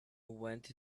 went